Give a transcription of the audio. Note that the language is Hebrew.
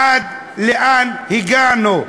עד לאן הגענו?